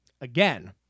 Again